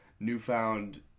newfound